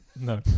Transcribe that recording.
No